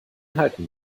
halten